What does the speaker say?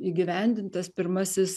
įgyvendintas pirmasis